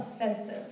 offensive